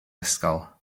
ysgol